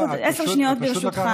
אני, רק עוד עשר שניות, ברשותך.